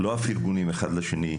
לא הפרגונים האחד לשני,